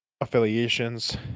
affiliations